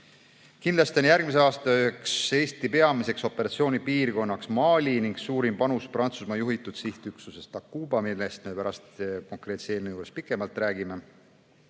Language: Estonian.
Kindlasti on järgmisel aastal Eesti üheks peamiseks operatsioonipiirkonnaks Mali ning suurim panus Prantsusmaa juhitud sihtüksuses Takuba, millest me pärast konkreetse eelnõu juures pikemalt räägime.